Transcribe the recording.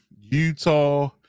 Utah